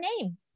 name